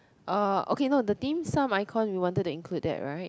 uh okay no the dimsum icon we wanted to include that [right]